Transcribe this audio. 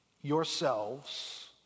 yourselves